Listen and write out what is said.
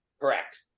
Correct